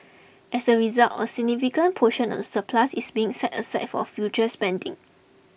as a result a significant portion of the surplus is being set aside for future spending